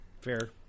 Fair